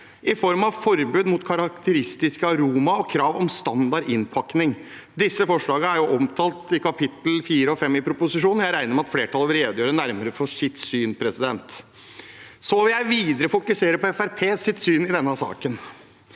i form av forbud mot karakteristisk aroma og krav om standardisert innpakning. Disse forslagene er omtalt i kapitlene 4 og 5 i proposisjonen. Jeg regner med at flertallet vil redegjøre nærmere for sitt syn, så jeg vil videre fokusere på Fremskrittspartiets syn i denne saken.